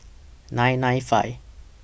nine nine five